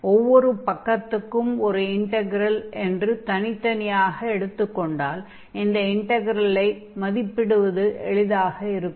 ஒவ்வொரு பக்கத்துக்கும் ஒரு இன்டக்ரெல் என்று தனித் தனியாக எடுத்துக் கொண்டால் இந்த இன்டக்ரெலை மதிப்பிடுவது எளிதாக இருக்கும்